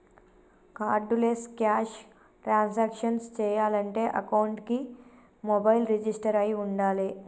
cardless cash transactions చెయ్యాలంటే అకౌంట్కి mobile register అయ్యి వుండాలే